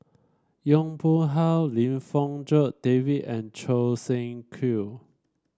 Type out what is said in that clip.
Yong Pung How Lim Fong Jock David and Choo Seng Quee